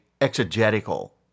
Exegetical